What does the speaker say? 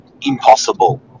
impossible